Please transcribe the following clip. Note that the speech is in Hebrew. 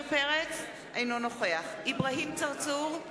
אינו נוכח אברהים צרצור,